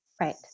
Right